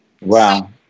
Wow